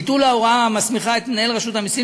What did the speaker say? ביטול ההוראה המסמיכה את מנהל רשות המסים